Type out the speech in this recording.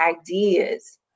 ideas